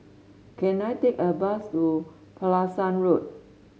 can I take a bus to Pulasan Road